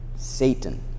Satan